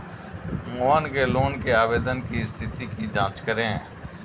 मोहन के लोन के आवेदन की स्थिति की जाँच करें